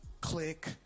click